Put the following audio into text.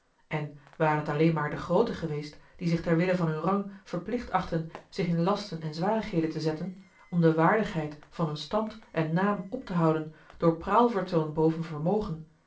en waren het alleen maar de grooten geweest die zich ter wille van hun rang verplicht achtten zich in lasten en zwarigheden te zetten om de waardigheid van a l g bosboom-toussaint de delftsche wonderdokter eel hun stand en naam op te houden door praalvertoon boven vermogen